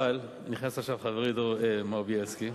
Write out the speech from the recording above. אבל נכנס עכשיו חברי חבר הכנסת בילסקי,